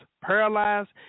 paralyzed